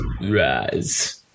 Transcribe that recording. Rise